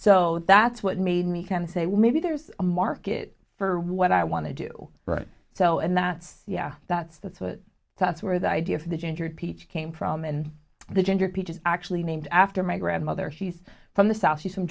so that's what made me can say well maybe there's a market for what i want to do right so and that's yeah that's that's what that's where the idea for the ginger peach came from and the gendered peach is actually named after my grandmother she's from the south she's from